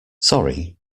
sorry